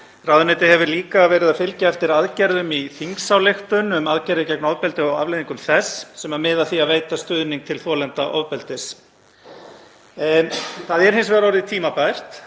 Ráðuneytið hefur líka verið að fylgja eftir aðgerðum í þingsályktun um aðgerðir gegn ofbeldi og afleiðingum þess, sem miða að því að veita stuðning til þolenda ofbeldis. Það er hins vegar orðið tímabært